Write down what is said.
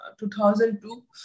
2002